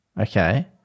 Okay